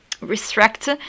restrict